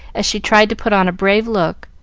as she tried to put on a brave look